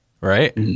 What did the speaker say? right